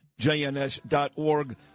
JNS.org